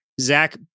Zach